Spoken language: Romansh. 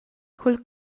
cul